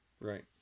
right